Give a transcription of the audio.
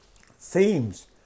Themes